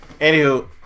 Anywho